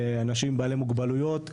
אנשים בעלי מוגבלויות,